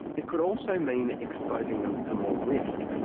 it could also mean exposing them to more risk.